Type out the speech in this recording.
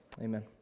Amen